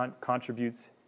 contributes